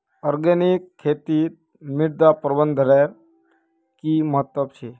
organic खेतीत मृदा प्रबंधनेर कि महत्व छे